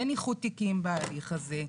אין איחוד תיקים בהליך הזה.